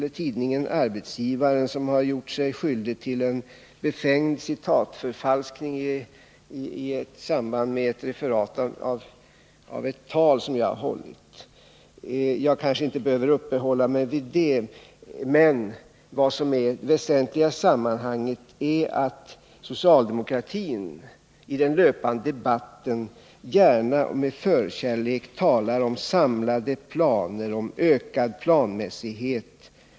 Tidningen har gjort sig skyldig till en befängd citatförfalskning i samband med ett referat av ett tal som jag har hållit. Jag behöver kanske inte uppehålla mig vid detta. Det väsentliga i sammanhanget är att socialdemokraterna i debatten med förkärlek talar om samlade planer och ökad planmässighet.